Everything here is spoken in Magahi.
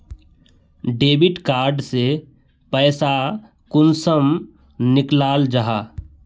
डेबिट कार्ड से पैसा कुंसम निकलाल जाहा?